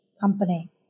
company